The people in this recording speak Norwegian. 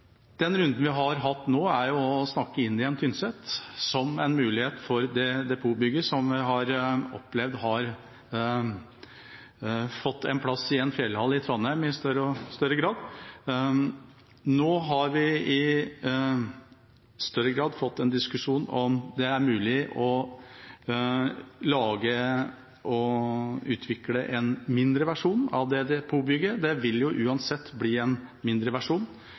Den runden vi har hatt nå, er å snakke inn igjen Tynset som en mulighet for det depotbygget som vi har opplevd har fått en plass i en fjellhall i Trondheim i større og større grad. Nå har vi i større grad fått en diskusjon om det er mulig å lage og utvikle en mindre versjon av det depotbygget. Det vil jo uansett bli en mindre versjon.